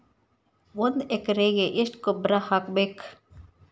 ಒಂದ್ ಎಕರೆಗೆ ಎಷ್ಟ ಗೊಬ್ಬರ ಹಾಕ್ಬೇಕ್?